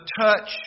touch